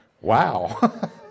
Wow